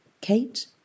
Kate